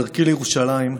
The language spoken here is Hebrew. בדרכי לירושלים,